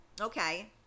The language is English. okay